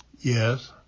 Yes